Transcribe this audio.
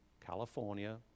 California